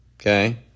Okay